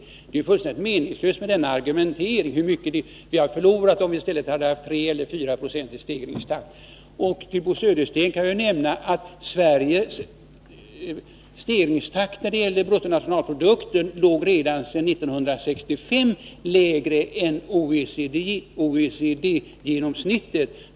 Det är fullständigt meningslöst att tala om hur mycket vi har förlorat jämfört med om vi hade haft en 3—4-procentig stegringstakt. För Bo Södersten kan jag nämna att den svenska nationalproduktens ökningstakt redan sedan 1965 låg lägre än OECD-genomsnittet.